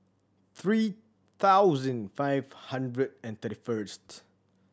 three thousand five hundred and thirty first